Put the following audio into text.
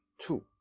two